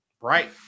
right